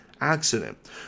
accident